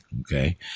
okay